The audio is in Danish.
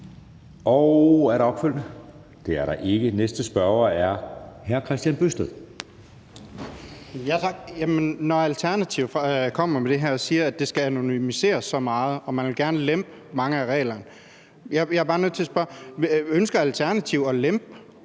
kort bemærkning? Det er der ikke. Næste spørger er hr. Kristian Bøgsted. Kl. 12:18 Kristian Bøgsted (DD): Tak. Når Alternativet kommer med det her og siger, at det skal anonymiseres så meget, og at man gerne vil lempe mange af reglerne, er jeg bare nødt til at spørge: Ønsker Alternativet at lempe